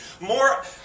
more